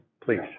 please